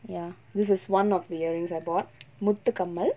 ya this is one of the earrings I bought muthu kammal kammal